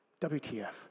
WTF